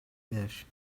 dish